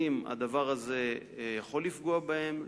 אם הדבר הזה יכול לפגוע בהם,